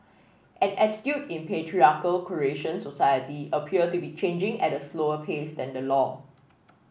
and attitudes in patriarchal Croatian society appear to be changing at a slower pace than the law